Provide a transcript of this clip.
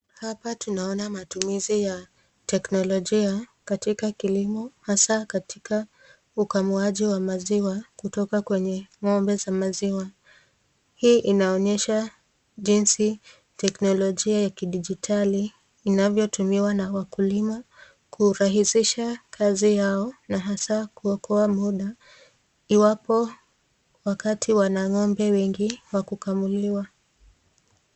Hapa tunaona matumizi ya teknolojia katika kilimo, hasa katika ukamuaji wa maziwa kutoka kwenye ng'ombe za maziwa. Hii inaonyesha jinsi teknolojia ya kidijitali inavyotumiwa na wakulima kurahisisha kazi yao na hasa kuokoa muda, iwapo wakati wana ng'ombe wengi wa kukamuliwa.